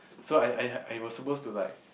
so I I I was supposed to like